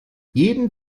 jeden